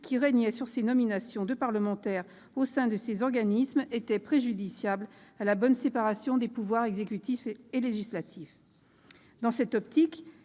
qui régnait sur les nominations de parlementaires était préjudiciable à la bonne séparation des pouvoirs exécutif et législatif. Dans cette optique,